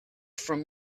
from